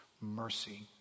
mercy